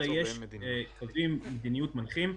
אלא יש קווי מדיניות מנחים,